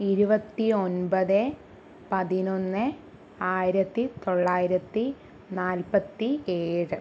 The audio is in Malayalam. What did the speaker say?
ഇരുപത്തി ഒൻപത് പതിനൊന്ന് ആയിരത്തി തൊള്ളായിരത്തി നാല്പത്തി ഏഴ്